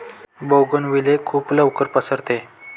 bougainvillea खूप लवकर पसरते